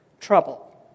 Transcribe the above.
trouble